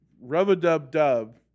Rub-a-dub-dub